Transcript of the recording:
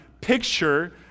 picture